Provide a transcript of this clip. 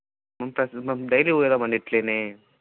మేము ప్రతి రో మేము డైలీ పోతాం అన్న ఇట్లా